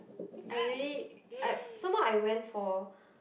I really I some more I went for